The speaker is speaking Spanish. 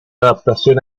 adaptación